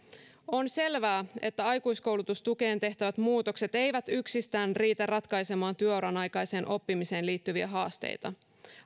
on selvää että aikuiskoulutustukeen tehtävät muutokset eivät yksistään riitä ratkaisemaan työuran aikaiseen oppimiseen liittyviä haasteita